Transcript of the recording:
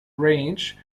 range